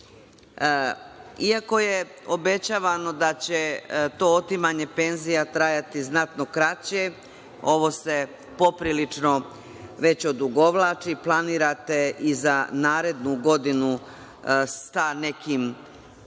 Iako je obećavano da će to otimanje penzija trajati znatno kraće, ovo se poprilično već odugovlači. Planirate i za narednu godinu sa nekim 1,5%,